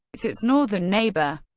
its its northern neighbor,